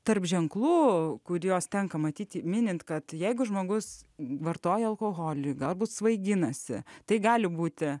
tarp ženklų kuriuos tenka matyti minint kad jeigu žmogus vartoja alkoholį galbūt svaiginasi tai gali būti